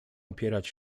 opierać